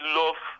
love